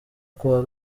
kuwa